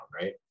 right